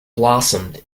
blossomed